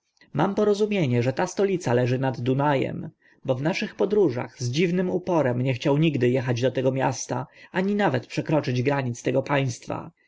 mam porozumienie że ta stolica leży nad duna em bo w naszych podróżach z dziwnym uporem nie chciał nigdy echać do tego miasta ani nawet przekroczyć granic tego państwa